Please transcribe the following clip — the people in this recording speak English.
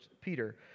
Peter